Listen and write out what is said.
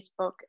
Facebook